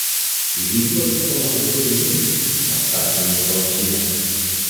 žygiuoki pamažu pirmyn paskatinau ročienę